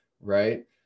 right